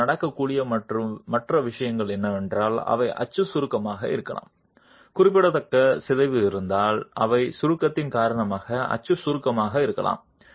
இப்போது நடக்கக்கூடிய மற்ற விஷயம் என்னவென்றால் அவை அச்சு சுருக்கமாக இருக்கலாம் குறிப்பிடத்தக்க சிதைவு இருந்தால் அவை சுருக்கத்தின் காரணமாக அச்சு சுருக்கமாக இருக்கலாம்